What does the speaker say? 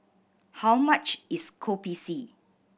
how much is Kopi C